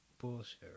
bullshit